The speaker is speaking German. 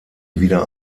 wieder